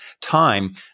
time